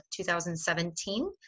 2017